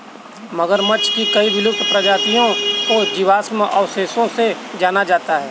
मगरमच्छ की कई विलुप्त प्रजातियों को जीवाश्म अवशेषों से जाना जाता है